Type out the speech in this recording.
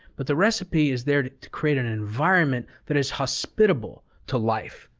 but the recipe is there to create an environment that is hospitable to life,